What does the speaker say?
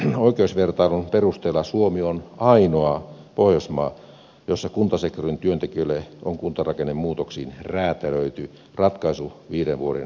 pohjoismaisen oikeusvertailun perusteella suomi on ainoa pohjoismaa jossa kuntasektorin työntekijöille on kuntarakennemuutoksiin räätälöity ratkaisu viiden vuoden irtisanomissuojasta